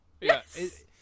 Yes